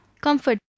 Comfort